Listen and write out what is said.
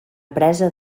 presa